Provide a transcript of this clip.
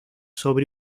sobre